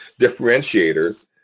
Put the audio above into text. differentiators